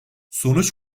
sonuç